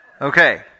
Okay